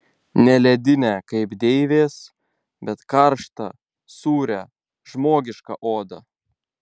ne ledinę kaip deivės bet karštą sūrią žmogišką odą